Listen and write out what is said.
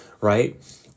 right